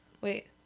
Wait